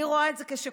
אני רואה את זה כשקוף,